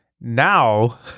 Now